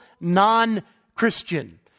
non-Christian